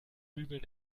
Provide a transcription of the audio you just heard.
bügeln